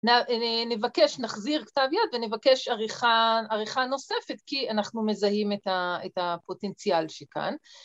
נבקש נחזיר כתב יד ונבקש עריכה נוספת כי אנחנו מזהים את הפוטנציאל שכאן.